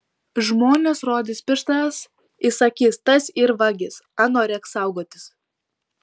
žmonės rodys pirštas į sakys tas yr vagis ano rek saugotis